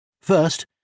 First